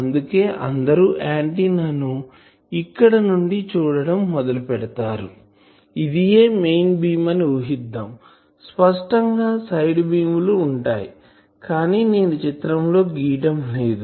అందుకే అందరు ఆంటిన్నా ను ఇక్కడి నుండి చూడడం మొదలు పెడతారు ఇదియే మెయిన్ బీమ్ అని ఊహిద్దాం స్పష్టం గా సైడ్ బీమ్ లు ఉంటాయి కానీ నేను చిత్రం లో గీయటం లేదు